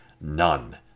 None